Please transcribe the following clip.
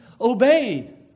obeyed